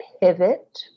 pivot